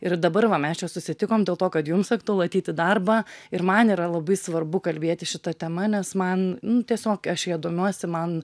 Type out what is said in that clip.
ir dabar va mes čia susitikom dėl to kad jums aktualu ateit į darbą ir man yra labai svarbu kalbėti šita tema nes man tiesiog aš ja domiuosi man